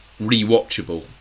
rewatchable